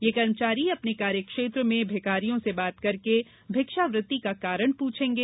ये कर्मचारी अपने कार्यक्षेत्र में भिखारियों से बात करके भिक्षावृत्ति का कारण पूछेंगे